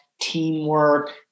teamwork